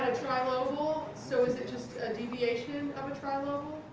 trilobal, so was it just a deviation of a trilobal?